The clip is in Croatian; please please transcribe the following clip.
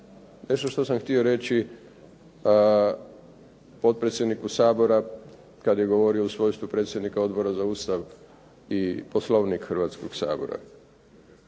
nešto što sam htio reći potpredsjedniku Sabora kad je govorio u svojstvu predsjednika Odbora za Ustav, Poslovnik i politički sustav